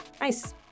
Nice